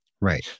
Right